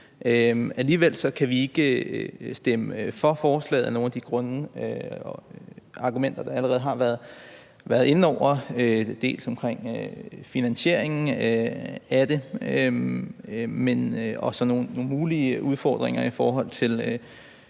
Alligevel kan vi ikke stemme for forslaget af de grunde og på grund af de argumenter, der allerede har været inde over, dels omkring finansieringen af det, dels omkring nogle mulige udfordringer i forhold til